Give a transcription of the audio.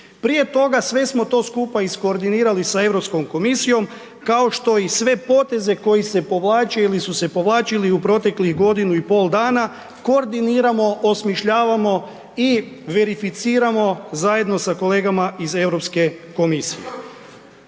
Prije toga, sve smo to skupa iskoordinirali sa EU komisijom, kao što i sve poteze koji se povlače ili su se povlačili u proteklih godinu i pol dana, koordiniramo, osmišljavamo i verificiramo zajedno sa kolegama iz EU komisije.